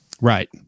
Right